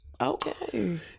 Okay